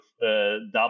double